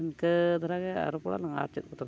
ᱤᱱᱠᱟᱹ ᱫᱷᱟᱨᱟᱜᱮ ᱟᱨ ᱨᱚᱯᱚᱲᱟᱞᱟᱝ ᱟᱨ ᱪᱮᱫ ᱛᱚᱵᱮ